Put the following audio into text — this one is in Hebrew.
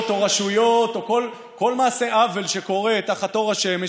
או רשויות או כל מעשה עוול שקורה תחת אור השמש.